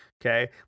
Okay